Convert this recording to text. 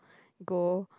go